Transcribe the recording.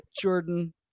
Jordan